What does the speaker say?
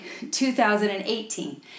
2018